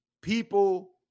people